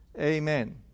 Amen